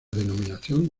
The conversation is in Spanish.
denominación